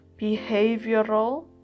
behavioral